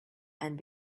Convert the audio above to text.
and